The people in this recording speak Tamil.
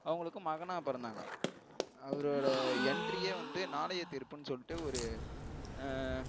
அவங்களுக்கும் மகனாக பிறந்தாங்க அவரோடய எண்ட்ரியே வந்து நாளைய தீர்ப்புன்னு சொல்லிட்டு ஒரு